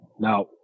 Now